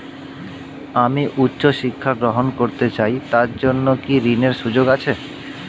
আমি উচ্চ শিক্ষা গ্রহণ করতে চাই তার জন্য কি ঋনের সুযোগ আছে?